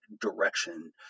direction